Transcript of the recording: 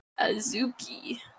Azuki